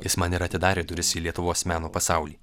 jis man ir atidarė duris į lietuvos meno pasaulį